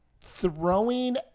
throwing